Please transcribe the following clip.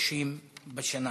חודשים בשנה.